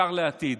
שר לעתיד.